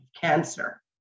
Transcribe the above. cancer